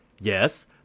Yes